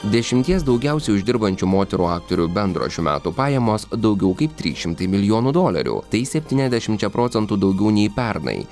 dešimties daugiausiai uždirbančių moterų aktorių bendros šių metų pajamos daugiau kaip trys šimtai milijonų dolerių tai septyniasdešimčia procentų daugiau nei pernai